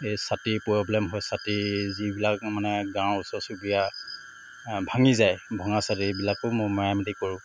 এই ছাতিৰ প্ৰব্লেম হয় ছাতি ৰ যিবিলাক মানে গাঁৱৰ ওচৰ চুবুৰীয়া ভাঙি যায় ভঙা ছাতিবিলাকো মই মেৰামতি কৰোঁ